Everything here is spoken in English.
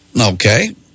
Okay